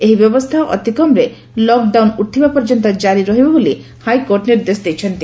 ଏହି ବ୍ୟବସ୍କା ଅତି କମ୍ରେ ଲକ୍ ଡାଉନ ଉଠିବା ପର୍ଯ୍ୟନ୍ତ ଜାରି ରହିବ ବୋଲି ହାଇକୋର୍ଟ ନିର୍ଦ୍ଦେଶ ଦେଇଛନ୍ତି